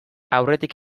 aurretik